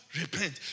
Repent